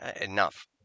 Enough